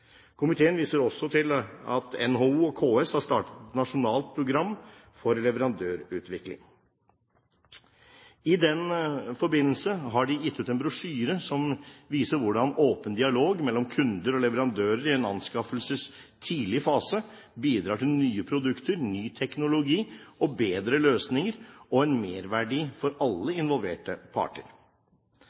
Komiteen viser også til at NHO og KS har startet et nasjonalt program for leverandørutvikling. I den forbindelse har de gitt ut en brosjyre som viser hvordan åpen dialog mellom kunder og leverandører i anskaffelsens tidlige fase bidrar til nye produkter, ny teknologi, bedre løsninger og merverdi for alle involverte parter.